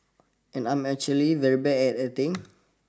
and I'm actually very bad at acting